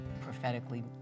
prophetically